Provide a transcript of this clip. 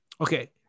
Okay